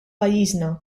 pajjiżna